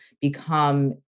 become